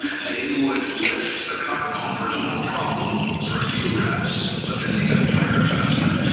they would lift the car bumpers no problem for a few reps, but then they get tired faster,